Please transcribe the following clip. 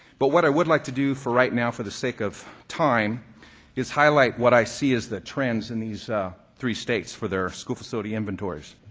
but what i would like to do for right now for the sake of time is highlight what i see as the trends in these three states for school facility inventories.